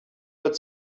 but